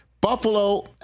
Buffalo